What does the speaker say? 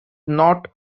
not